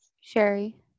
Sherry